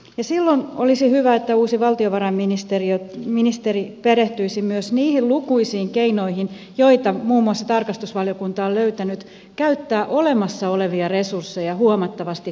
silloin olisi hyvä että uusi valtiovarainministeri perehtyisi myös niihin lukuisiin keinoihin joita muun muassa tarkastusvaliokunta on löytänyt käyttää olemassa olevia resursseja huomattavasti tehokkaammin